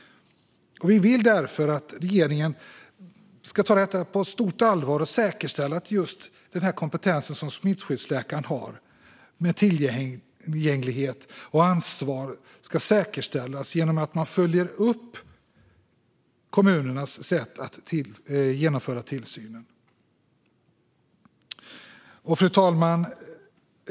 Vi vill därför att regeringen ska ta detta på stort allvar och säkerställa den kompetens som smittskyddsläkaren har, med tillgänglighet och ansvar, genom att man följer upp kommunernas sätt att genomföra tillsynen. Fru talman!